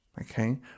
okay